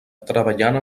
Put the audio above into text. treballant